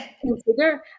consider